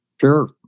Sure